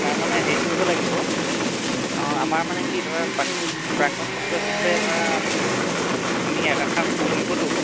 তাৰমানে হেৰি কৰিব লাগিব অঁ আমাৰ মানে কি ধৰা প্ৰাক্তন প্ৰাক্তন ছাত্ৰ হিচাপে ধৰা আমি আমি একাষাৰ ক'ব লাগিবতো